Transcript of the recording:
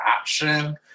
option